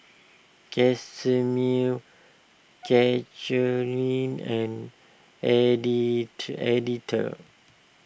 Casimir Catharine and eddy two Edythe